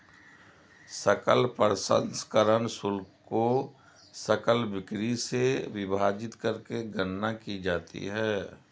सकल प्रसंस्करण शुल्क को सकल बिक्री से विभाजित करके गणना की जाती है